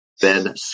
Ben